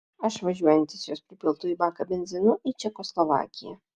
aš važiuojantis jos pripiltu į baką benzinu į čekoslovakiją